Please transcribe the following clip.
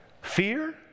Fear